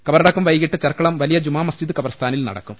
കബറടക്കം വൈകീട്ട് ചെർക്കളം ്വലിയ ജുമാ മസ്ജിദ് ഖബർസ്ഥാനിൽ നടക്കും